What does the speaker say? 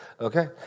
Okay